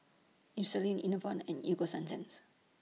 Eucerin Enervon and Ego Sunsense